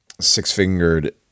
six-fingered